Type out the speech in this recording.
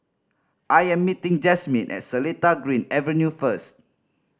I am meeting Jasmine at Seletar Green Avenue first